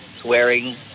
swearing